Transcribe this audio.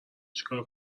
چیکار